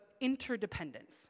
interdependence